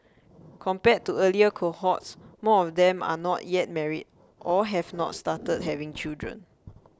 compared to earlier cohorts more of them are not yet married or have not started having children